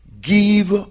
Give